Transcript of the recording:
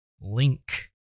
link